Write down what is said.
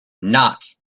not